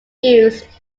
used